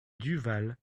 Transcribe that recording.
duval